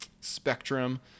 spectrum